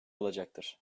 olacaktır